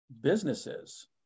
businesses